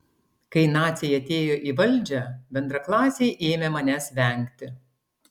kai naciai atėjo į valdžią bendraklasiai ėmė manęs vengti